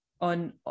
on